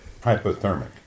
Hypothermic